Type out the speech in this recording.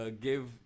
give